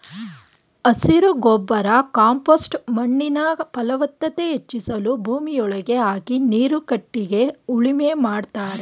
ಹಸಿರು ಗೊಬ್ಬರ ಕಾಂಪೋಸ್ಟ್ ಮಣ್ಣಿನ ಫಲವತ್ತತೆ ಹೆಚ್ಚಿಸಲು ಭೂಮಿಯೊಳಗೆ ಹಾಕಿ ನೀರು ಕಟ್ಟಿಗೆ ಉಳುಮೆ ಮಾಡ್ತರೆ